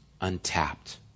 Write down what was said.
untapped